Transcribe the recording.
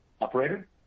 Operator